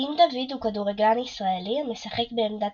דין דוד הוא כדורגלן ישראלי המשחק בעמדת